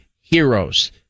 heroes